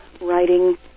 writing